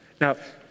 Now